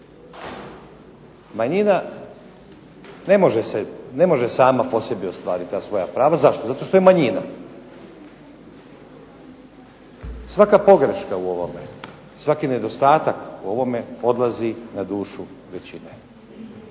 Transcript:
Manjina ne može sama po sebi ostvariti ta svoja prava. Zašto? Zato što je manjina. Svaka pogreška u ovome, svaki nedostatak u ovome odlazi na dušu većine.